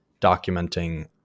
documenting